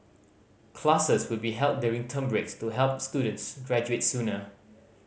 classes will be held during term breaks to help students graduate sooner